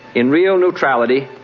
in real neutrality,